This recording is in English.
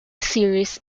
series